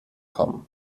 kommen